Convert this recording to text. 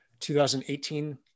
2018